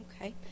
Okay